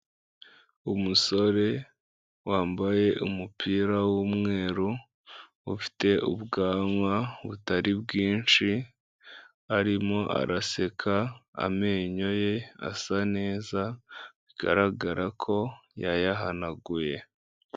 Umusore wambaye umupira w'umweru, ufite ubwanwa butari bwinshi, arimo araseka amenyo ye asa neza, bigaragara ko yayahanaguye.